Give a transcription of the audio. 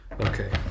okay